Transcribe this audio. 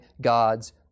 God's